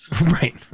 Right